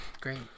Great